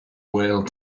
whale